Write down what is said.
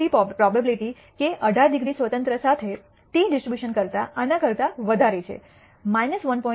73 probability કે 18 degree સ્વતંત્રતા સાથે t ડિસ્ટ્રીબ્યુશન કરતા આના કરતા વધારે છે 1